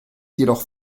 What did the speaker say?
jedoch